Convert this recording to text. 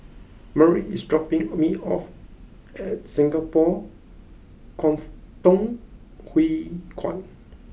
Marlie is dropping me off at Singapore Kwangtung Hui Kuan